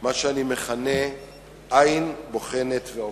מה שאני מכנה "עין בוחנת ועוקבת",